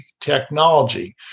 technology